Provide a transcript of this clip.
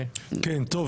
הדברים,